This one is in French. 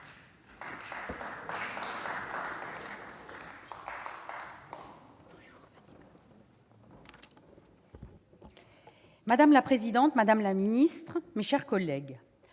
Madame la présidente, madame la ministre, mes chers collègues,